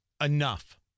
enough